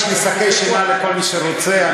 יש לי שקי שינה לכל מי שרוצה.